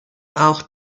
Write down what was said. auch